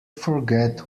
forget